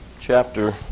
chapter